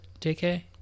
JK